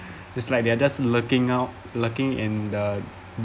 it's like they're just looking up looking in the